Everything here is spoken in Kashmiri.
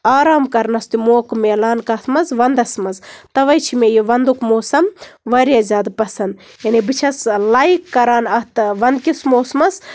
آرام کرنَس تہِ موقع میلان کَتھ منٛز وَندَس منٛز تَوے چھُ مےٚ یہِ وَندُک موسَم واریاہ زیادٕ پَسند یعنی بہٕ چھَس لایک کران اَتھ وَندٕ کِس موسمَس